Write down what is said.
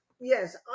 Yes